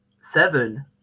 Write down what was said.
seven